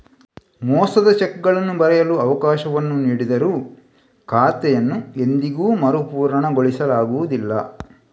ಮೋಸದ ಚೆಕ್ಗಳನ್ನು ಬರೆಯಲು ಅವಕಾಶವನ್ನು ನೀಡಿದರೂ ಖಾತೆಯನ್ನು ಎಂದಿಗೂ ಮರುಪೂರಣಗೊಳಿಸಲಾಗುವುದಿಲ್ಲ